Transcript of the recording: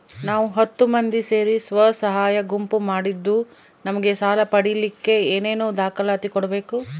ನಾವು ಹತ್ತು ಮಂದಿ ಸೇರಿ ಸ್ವಸಹಾಯ ಗುಂಪು ಮಾಡಿದ್ದೂ ನಮಗೆ ಸಾಲ ಪಡೇಲಿಕ್ಕ ಏನೇನು ದಾಖಲಾತಿ ಕೊಡ್ಬೇಕು?